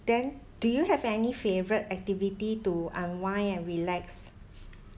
then do you have any favourite activity to unwind and relax